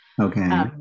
Okay